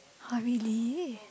!huh! really